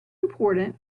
important